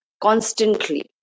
Constantly